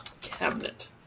cabinet